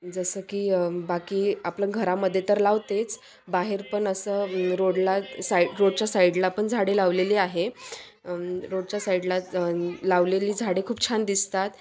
जसं की बाकी आपलं घरामध्ये तर लावतेच बाहेर पण असं रोडला साई रोडच्या साईडला पण झाडे लावलेली आहे रोडच्या साइडला लावलेली झाडे खूप छान दिसतात